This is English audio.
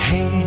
Hey